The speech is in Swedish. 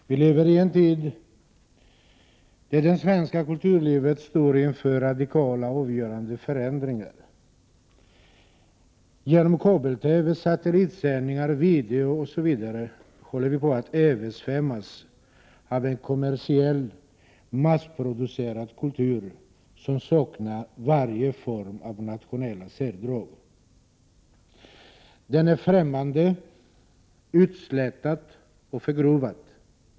Herr talman! Vi lever i en tid då det svenska kulturlivet står inför radikala och avgörande förändringar. Genom kabel-TV, satellitsändningar, video, osv. håller vi på att översvämmas av en kommersiell och massproducerad kultur som saknar varje form av nationella särdrag. Den är främmande, utslätad och förgrovad.